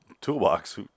toolbox